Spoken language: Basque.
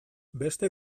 beste